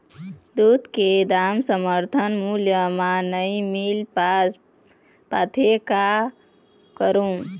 दूध के दाम समर्थन मूल्य म नई मील पास पाथे, का करों?